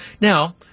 Now